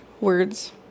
Words